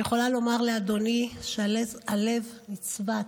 אני יכולה לומר לאדוני שהלב נצבט.